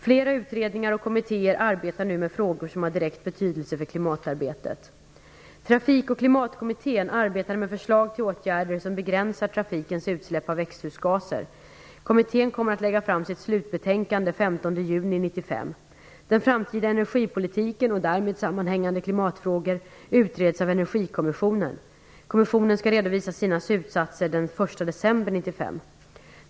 Flera utredningar och kommittéer arbetar nu med frågor som har direkt betydelse för klimatarbetet. Trafik och klimatkommittén arbetar med förslag till åtgärder som begränsar trafikens utsläpp av växthusgaser. Kommittén kommer att lägga fram sitt slutbetänkande den 15 juni 1995. Den framtida energipolitiken och därmed sammanhängande klimatfrågor utreds av Energikommissionen. Kommissionen skall redovisa sina slutsatser den 1 december 1995.